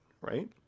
right